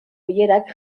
bilerak